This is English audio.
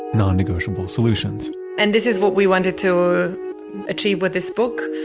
non-negotiable solutions and this is what we wanted to achieve with this book,